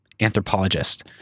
anthropologist